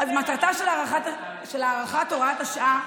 אז מטרתה של הארכת הוראת השעה,